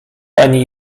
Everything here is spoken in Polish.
ani